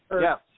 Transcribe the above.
Yes